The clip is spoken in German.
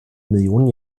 millionen